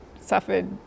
suffered